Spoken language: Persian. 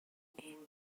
این